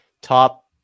top